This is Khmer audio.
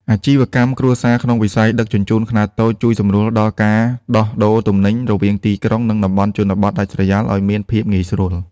អាជីវកម្មគ្រួសារក្នុងវិស័យដឹកជញ្ជូនខ្នាតតូច ជួយសម្រួលដល់ការដោះដូរទំនិញរវាងទីក្រុង និងតំបន់ជនបទដាច់ស្រយាលឱ្យមានភាពងាយស្រួល។